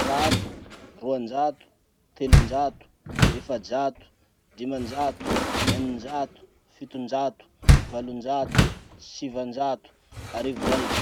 zato, roanjato, roanjato, telonjato, efajato, limanjato, eninjato, fitonjato, valonjato, sivanjato, arivo raiky.